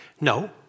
No